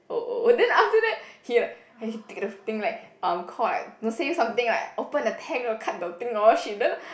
oh oh then after that he like he take off the thing like um call like say something like open the tank or cut the thing or what shit then